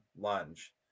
lunge